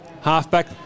Halfback